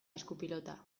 eskupilota